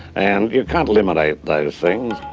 and you can't eliminate those things.